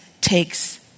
takes